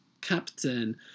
captain